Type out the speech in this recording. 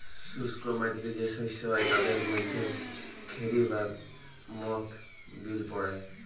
শুস্ক মাটিতে যে শস্য হ্যয় তাদের মধ্যে খেরি বা মথ বিল পড়ে